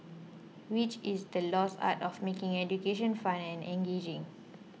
which is the lost art of making education fun and engaging